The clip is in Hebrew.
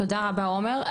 תודה רבה עומר.